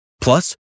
Plus